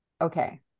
okay